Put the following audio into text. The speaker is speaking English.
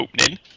opening